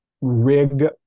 rig